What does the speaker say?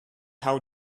how